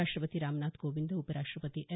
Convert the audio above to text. राष्ट्रपती रामनाथ कोविंद उपराष्ट्रपती एम